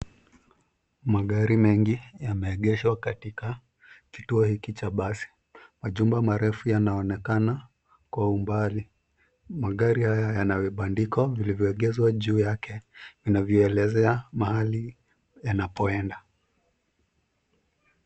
Magari mengi yameegeshwa katika kituo hiki cha basi. Majumba marefu yanaonekana kwa umbali. Magari haya yana vibandiko vilivyoegezwa juu yake inavyoelezea mahali yanapoenda.